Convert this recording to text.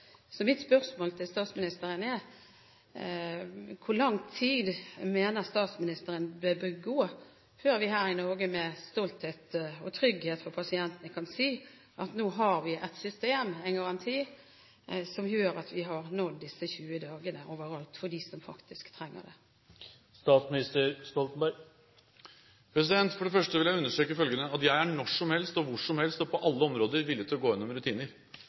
Mitt spørsmål til statsministeren er: Hvor lang tid mener statsministeren det bør gå før vi her i Norge med stolthet og med trygghet for pasientene kan si at nå har vi et system, en garanti, som gjør at vi har nådd disse 20 dagene overalt for dem som faktisk trenger det? For det første vil jeg understreke følgende – at jeg når som helst og hvor som helst på alle områder er villig til å gå gjennom rutiner.